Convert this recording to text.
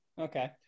Okay